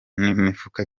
mifuka